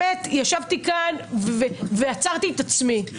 ישבתי כאן ועצרתי את עצמי.